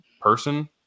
person